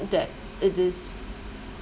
that it is